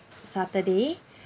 saturday